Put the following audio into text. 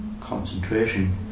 concentration